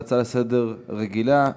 זו הצעה רגילה לסדר-היום.